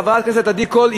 חברת הכנסת עדי קול,